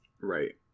right